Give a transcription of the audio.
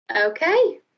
Okay